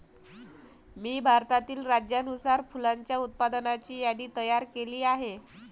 मी भारतातील राज्यानुसार फुलांच्या उत्पादनाची यादी तयार केली आहे